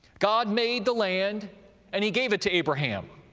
god made the land and he gave it to abraham